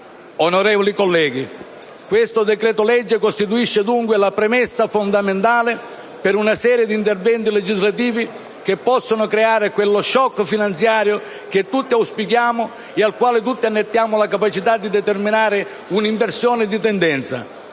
Onorevoli colleghi, questo decreto-legge costituisce dunque la premessa fondamentale per una serie di interventi legislativi che possano creare quello *shock* finanziario che tutti auspichiamo e al quale tutti annettiamo la capacità di determinare un'inversione di tendenza.